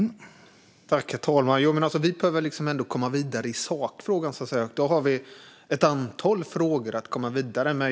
Herr talman! Vi behöver ändå komma vidare i sakfrågan, och då har vi ett antal frågor att komma vidare med.